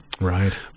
Right